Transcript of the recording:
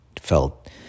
felt